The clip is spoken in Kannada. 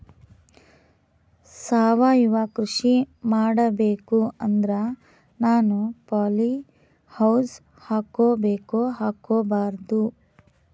ಸಾವಯವ ಕೃಷಿ ಮಾಡಬೇಕು ಅಂದ್ರ ನಾನು ಪಾಲಿಹೌಸ್ ಹಾಕೋಬೇಕೊ ಹಾಕ್ಕೋಬಾರ್ದು?